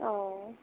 অঁ